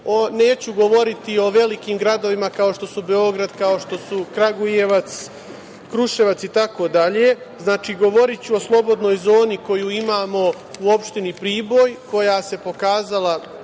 neću govoriti o velikim gradovima kao što su Beograd, kao što su Kragujevac, Kruševac, itd, znači, govoriću o slobodnoj zoni koju imamo u opštini Priboj, koja se pokazala